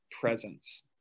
presence